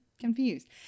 confused